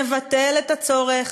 נבטל את הצורך,